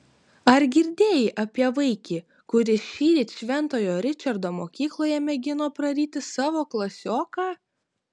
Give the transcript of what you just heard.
ar girdėjai apie vaikį kuris šįryt šventojo ričardo mokykloje mėgino praryti savo klasioką